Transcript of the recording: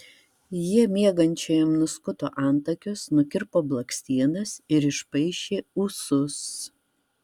jie miegančiajam nuskuto antakius nukirpo blakstienas ir išpaišė ūsus